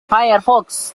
firefox